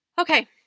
Okay